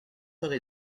heures